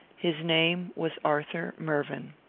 his name was arthur mervyn.